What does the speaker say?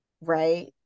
right